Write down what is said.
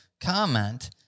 comment